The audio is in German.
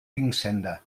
linkshänder